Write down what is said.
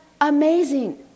amazing